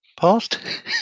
past